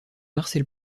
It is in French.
marcel